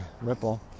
Ripple